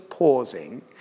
pausing